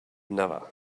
never